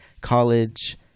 college